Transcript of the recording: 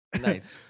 Nice